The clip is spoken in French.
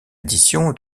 édition